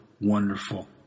wonderful